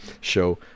show